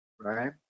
Right